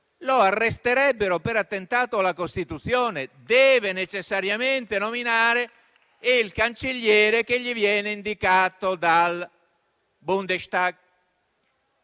lo arresterebbero per attentato alla Costituzione; deve necessariamente nominare il Cancelliere che gli viene indicato dal Bundestag,